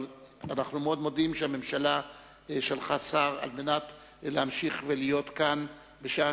אבל אנחנו מאוד מודים על שהממשלה שלחה שר על מנת להמשיך ולהיות כאן בשעה